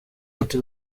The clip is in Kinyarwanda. ati